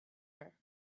her